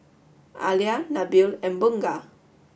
Alya Nabil and Bunga